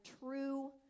true